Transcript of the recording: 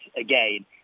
again